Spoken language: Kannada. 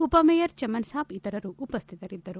ಉಪಮೇಯರ್ ಚಮನ್ ಸಾಬ್ ಇತರರು ಉಪಸ್ಥಿತರಿದ್ದರು